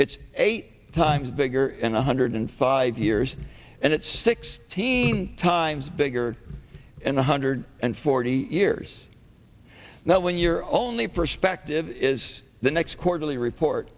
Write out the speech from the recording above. it's eight times bigger and one hundred five years and it's sixteen times bigger and one hundred and forty years now when you're only perspective is the next quarterly report